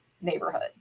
neighborhood